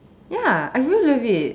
ya I really love it